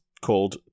called